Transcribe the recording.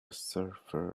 surfer